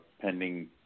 pending